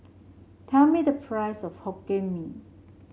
tell me the price of Hokkien Mee